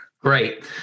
Great